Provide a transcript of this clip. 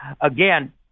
again